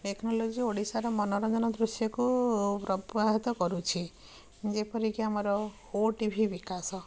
technology ଓଡ଼ିଶାର ମନୋରଞ୍ଜନ ଦୃଶ୍ୟକୁ ପ୍ରବାହିତ କରୁଛି ଯେପରିକି ଆମର ଓଟିଭି ବିକାଶ